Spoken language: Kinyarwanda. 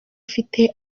afite